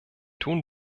tun